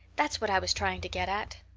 that's what i was trying to get at.